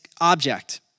object